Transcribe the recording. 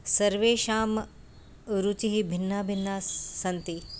सर्वेषां रुचिः भिन्नाः भिन्नाः सन्ति